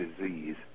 disease